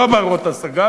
לא הבנות-השגה,